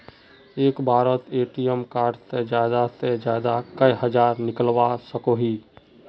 एक बारोत ATM card से ज्यादा से ज्यादा कई हजार निकलवा सकोहो ही?